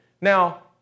Now